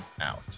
out